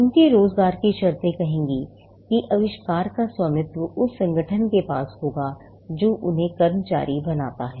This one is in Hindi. उनके रोजगार की शर्तें कहेंगी कि आविष्कार का स्वामित्व उस संगठन के पास होगा जो उन्हें कर्मचारी बनाता है